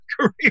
career